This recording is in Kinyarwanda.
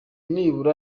nibura